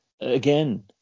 Again